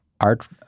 art